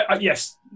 yes